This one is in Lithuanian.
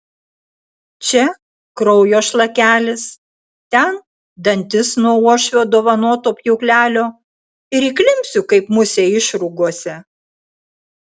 čia kraujo šlakelis ten dantis nuo uošvio dovanoto pjūklelio ir įklimpsiu kaip musė išrūgose